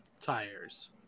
tires